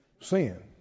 Sin